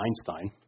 Einstein